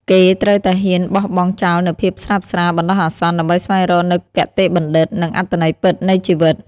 គេត្រូវតែហ៊ានបោះបង់ចោលនូវភាពស្រើបស្រាលបណ្ដោះអាសន្ន ដើម្បីស្វែងរកនូវគតិបណ្ឌិត និងអត្ថន័យពិតនៃជីវិត។